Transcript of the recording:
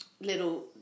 little